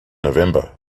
november